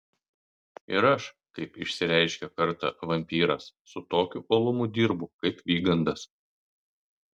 ir aš kaip išsireiškė kartą vampyras su tokiu uolumu dirbu kaip vygandas